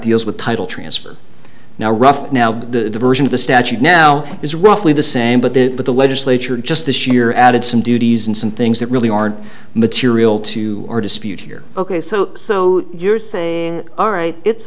deals with title transfer now rough now but the version of the statute now is roughly the same but the but the legislature just this year added some duties and some things that really aren't material to our dispute here ok so so you're saying all right it's